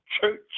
church